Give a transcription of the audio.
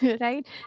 right